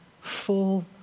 full